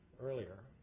earlier